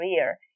career